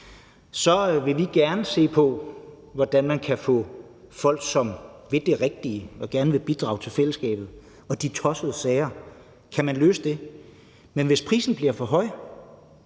vil vi gerne se på, hvordan man kan løse det i forhold til folk, som vil det rigtige og gerne vil bidrage til fællesskabet, og de tossede sager. Men hvis prisen bliver for høj,